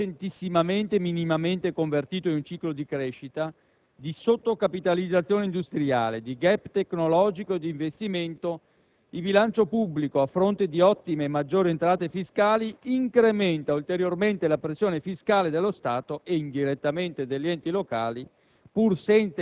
solo recentissimamente e minimamente convertito in un ciclo di crescita, di sottocapitalizzazione industriale, di *gap* tecnologico e d'investimento, il bilancio pubblico, a fronte di ottime e maggiori entrate fiscali, incrementa ulteriormente la pressione fiscale dello Stato e, indirettamente, degli enti locali,